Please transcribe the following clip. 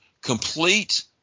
complete